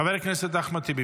חבר הכנסת אחמד טיבי,